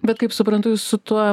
bet kaip suprantu jus su tuo